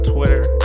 Twitter